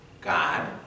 God